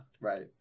right